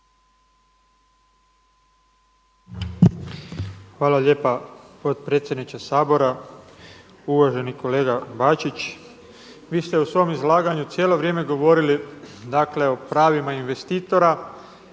Hvala lijepa potpredsjedniče Sabora. Uvaženi kolega Bačić. Vi ste u svom izlaganju cijelo vrijeme govorili o pravima investitora